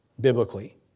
biblically